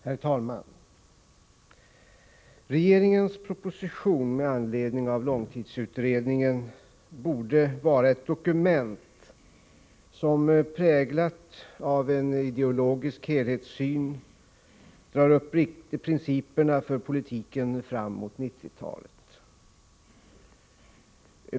Herr talman! Regeringens proposition med anledning av långtidsutredningen borde vara ett dokument som, präglat av en ideologisk helhetssyn, drar upp principerna för politiken fram mot 1990-talet.